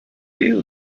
you